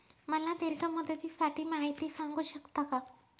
मला दीर्घ मुदतीसाठी माहिती सांगू शकता का?